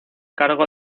cargo